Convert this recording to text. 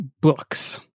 books